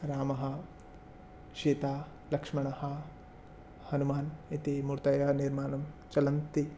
रामः सीता लक्ष्मणः हनुमान् इति मूर्तयः निर्माणं चलन्ति